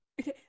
Okay